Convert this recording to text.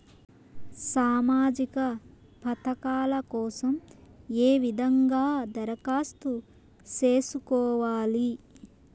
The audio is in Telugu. సామాజిక పథకాల కోసం ఏ విధంగా దరఖాస్తు సేసుకోవాలి